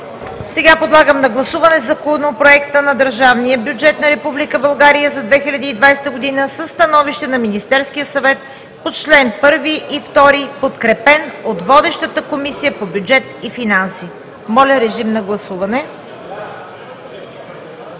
Сега подлагам на гласуване Законопроекта на държавния бюджет на Република България за 2020 г. със становище на Министерския съвет по чл. 1 и 2, подкрепен от водещата Комисия по бюджет и финанси. Гласували